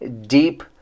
deep